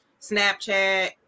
Snapchat